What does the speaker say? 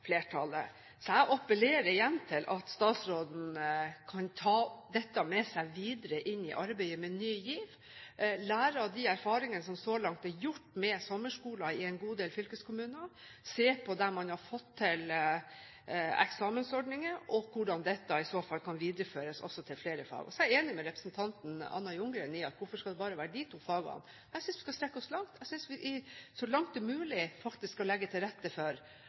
Så jeg appellerer igjen til statsråden å ta dette med seg videre inn i arbeidet med Ny GIV, lære av de erfaringene som så langt er gjort med sommerskoler i en god del fylkeskommuner, se på der man har fått til eksamensordninger, og hvordan dette i så fall kan videreføres også til flere fag. Så er jeg enig med representanten Anna Ljunggren i at: Hvorfor skal det bare være de to fagene? Jeg synes vi skal strekke oss langt. Jeg synes vi så langt det er mulig, skal legge til rette for